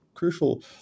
Crucial